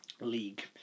league